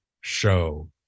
show